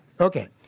Okay